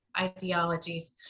ideologies